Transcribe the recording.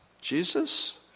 Jesus